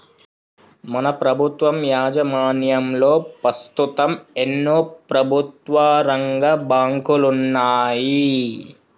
మన ప్రభుత్వం యాజమాన్యంలో పస్తుతం ఎన్నో ప్రభుత్వరంగ బాంకులున్నాయి